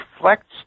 reflects